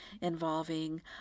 involving